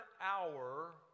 hour